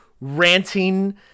Ranting